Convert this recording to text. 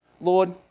Lord